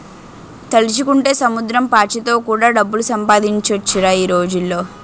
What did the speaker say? తలుచుకుంటే సముద్రం పాచితో కూడా డబ్బులు సంపాదించొచ్చురా ఈ రోజుల్లో